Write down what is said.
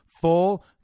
full